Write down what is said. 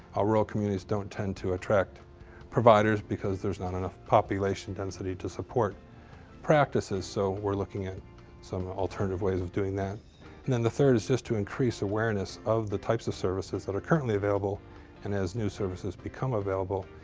our rural communities don't attend to attract providers because there's not enough population density to support practices. so, we're looking at some alternative ways of doing that. and then the third is just to increase awareness of the types of services that are currently available and as new services become available,